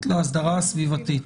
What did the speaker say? עדיפות לאסדרה הסביבתית.